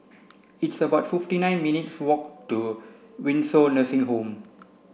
it's about fifty nine minutes' walk to Windsor Nursing Home